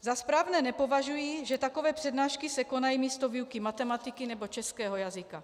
Za správné nepovažuji, že takové přednášky se konají místo výuky matematiky nebo českého jazyka.